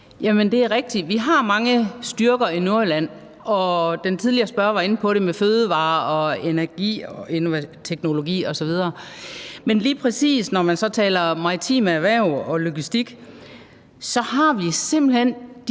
Det er rigtigt, at vi har mange styrker i Nordjylland, og den forrige spørger var inde på det i forbindelse med fødevare- og energiteknologi osv. Men lige præcis, når man taler maritime erhverv og logistik, har vi simpelt hen